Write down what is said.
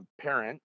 parent